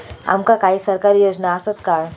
आमका काही सरकारी योजना आसत काय?